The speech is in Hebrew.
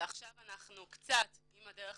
ועכשיו אנחנו נותנים לו קצת מענה עם "הדרך